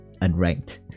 unranked